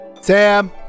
Sam